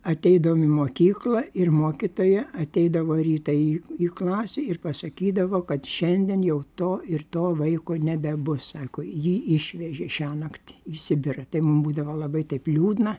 ateidavom į mokyklą ir mokytoja ateidavo rytą į į klasę ir pasakydavo kad šiandien jau to ir to vaiko nebebus sako jį išvežė šiąnakt į sibirą tai mum būdavo labai taip liūdna